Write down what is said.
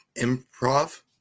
improv